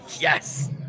Yes